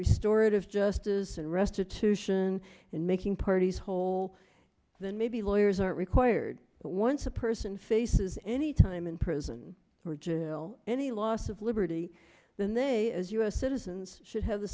restore it of justice and restitution and making parties whole then maybe lawyers aren't required but once a person faces any time in prison or jail any loss of liberty then they as u s citizens should have the